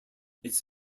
its